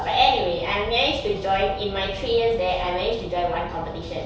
but anyway I managed to join in my three years there I managed to join one competition